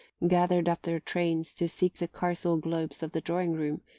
gathered up their trains to seek the carcel globes of the drawing-room,